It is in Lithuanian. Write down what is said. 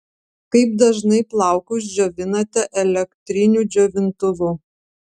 kaip dažnai plaukus džiovinate elektriniu džiovintuvu